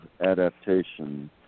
adaptation